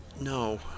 No